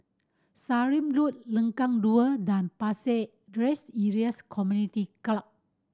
Sallim Road Lengkong Dua and Pasir Ris Elias Community Club